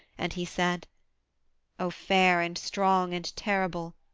and he said o fair and strong and terrible!